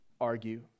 argue